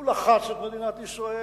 הוא לחץ את מדינת ישראל,